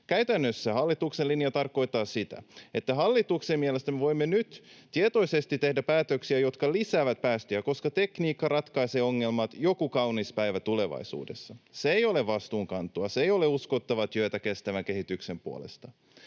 Käytännössä hallituksen linja tarkoittaa sitä, että hallituksen mielestä me voimme nyt tietoisesti tehdä päätöksiä, jotka lisäävät päästöjä, koska tekniikka ratkaisee ongelmat joku kaunis päivä tulevaisuudessa. Se ei ole vastuunkantoa. Se ei ole uskottavaa työtä kestävän kehityksen puolesta.